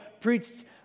preached